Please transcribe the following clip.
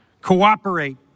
Cooperate